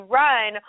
run